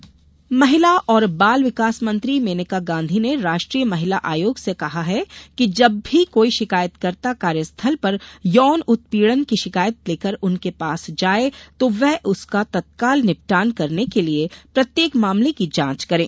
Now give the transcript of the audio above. मेनका गांधी महिला और बाल विकास मंत्री मेनका गांधी ने राष्ट्रीय महिला आयोग से कहा है कि जब भी कोई शिकायतकर्ता कार्यस्थल पर यौन उत्पीड़न की शिकायत लेकर उनके पास जाए तो वे उसका तत्काल निपटान करने के लिए प्रत्येक मामले की जांच करें